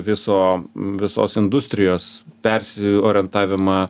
viso visos industrijos persiorientavimą